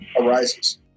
arises